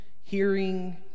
hearing